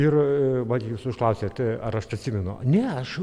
ir jūs užklausėt ar aš atsimenu ne aš